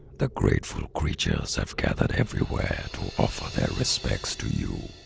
the grateful creatures have gathered everywhere to offer their respects to you.